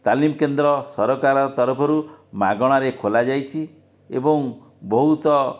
ତାଲିମ କେନ୍ଦ୍ର ସରକାରଙ୍କ ତରଫରୁ ମାଗଣାରେ ଖୋଲାଯାଇଛି ଏବଂ ବହୁତ